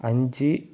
அஞ்சு